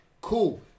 Cool